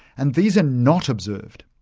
and these are not observed.